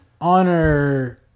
honor